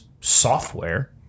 software